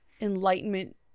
enlightenment